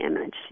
image